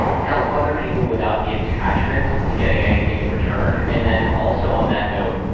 help other people without the attachment to getting anything in return. and then also on that note,